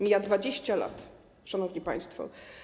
Mija 20 lat, szanowni państwo.